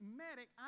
medic